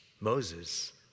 Moses